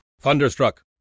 Thunderstruck